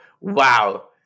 Wow